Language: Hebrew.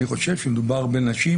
אני חושב שמדובר בנשים,